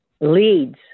leads